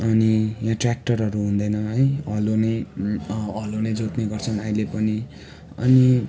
अनि यहाँ ट्र्याक्टरहरू हुँदैन है हलो नै हलो नै जोत्ने गर्छन् अहिले पनि अनि